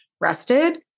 rested